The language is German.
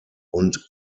und